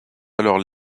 alors